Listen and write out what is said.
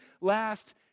last